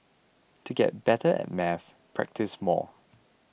to get better at maths practise more